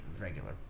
regular